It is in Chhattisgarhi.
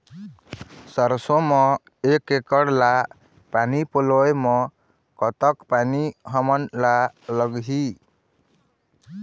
सरसों म एक एकड़ ला पानी पलोए म कतक पानी हमन ला लगही?